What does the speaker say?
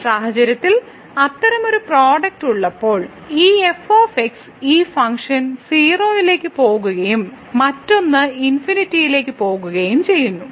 ഈ സാഹചര്യത്തിൽ അത്തരമൊരു പ്രോഡക്റ്റ് ഉള്ളപ്പോൾ ഒരു f ഈ ഫംഗ്ഷൻ 0 ലേക്ക് പോകുകയും മറ്റൊന്ന് ∞ ലേക്ക് പോകുകയും ചെയ്യുന്നു